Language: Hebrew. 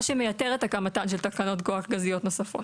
מה שמייתר את הקמתם של תחנות כוח גזיות נוספות.